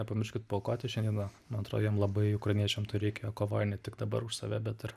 nepamirškit paaukoti šiandieną man atrodo jiem labai ukrainiečiam to reikia jie kovoja ne tik dabar už save bet ir